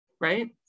right